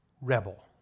rebel